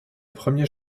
premier